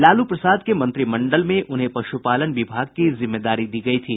लालू प्रसाद के मंत्रिमंडल में उन्हें पशुपालन विभाग की जिम्मेदारी दी गयी थी